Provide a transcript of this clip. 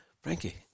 Frankie